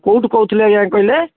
କେଉଁଠୁ କହୁଥିଲେ ଆଜ୍ଞା କହିଲେ